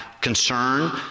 concern